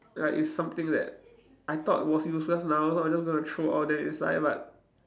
like it's something that I thought was useless now so I'm just going to throw all that inside but